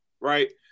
Right